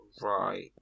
Right